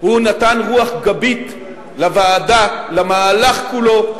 הוא נתן רוח גבית לוועדה, למהלך כולו,